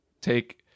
take